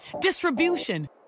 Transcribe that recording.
distribution